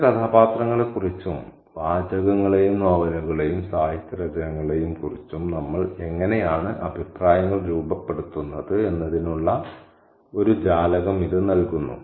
ചില കഥാപാത്രങ്ങളെക്കുറിച്ചും വാചകങ്ങളെയും നോവലുകളെയും സാഹിത്യ രചനകളെയും കുറിച്ച് നമ്മൾ എങ്ങനെയാണ് അഭിപ്രായങ്ങൾ രൂപപ്പെടുത്തുന്നത് എന്നതിനുള്ള ഒരു ജാലകം ഇത് നൽകുന്നു